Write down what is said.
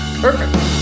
Perfect